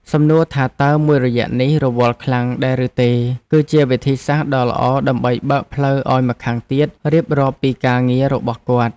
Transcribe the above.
សំណួរថាតើមួយរយៈនេះរវល់ខ្លាំងដែរឬទេ គឺជាវិធីសាស្ត្រដ៏ល្អដើម្បីបើកផ្លូវឱ្យម្ខាងទៀតរៀបរាប់ពីការងាររបស់គាត់។